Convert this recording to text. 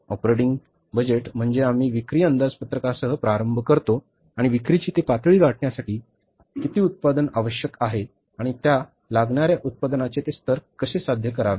operating budget म्हणजे आम्ही विक्री अंदाजपत्रकासह प्रारंभ करतो आणि विक्रीची ती पातळी गाठण्यासाठी किती उत्पादन आवश्यक आहे आणि त्या लागणार्या उत्पादनाचे ते स्तर कसे साध्य करावे